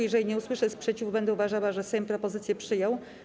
Jeżeli nie usłyszę sprzeciwu, będę uważała, że Sejm propozycję przyjął.